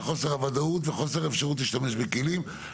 וחוסר הוודאות וחוסר האפשרות להשתמש בכלים.